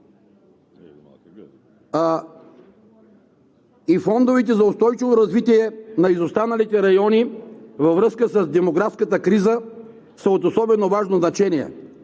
и фондовете за устойчиво развитие на изостаналите райони във връзка с демографската криза са от особено важно значение,